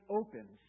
opens